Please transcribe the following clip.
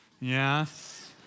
Yes